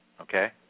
Okay